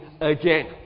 again